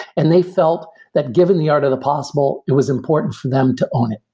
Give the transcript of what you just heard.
and they felt that given the art of the possible, it was important for them to own it,